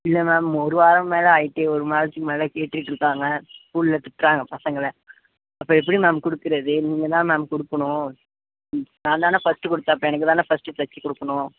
இல்லை மேம் ஒரு வாரம் மேலே ஆகிட்டு ஒரு மாத்துக்கு மேலே கேட்டுகிட்ருக்காங்க ஸ்கூலில் திட்டுறாங்க பசங்களை இப்போ எப்படி மேம் கொடுக்குறது நீங்கள் தான் மேம் கொடுக்குணும் நான் தானே ஃபர்ஸ்ட்டு கொடுத்தேன் அப்போ எனக்கு தானே ஃபர்ஸ்ட்டு தைச்சி கொடுக்குணும்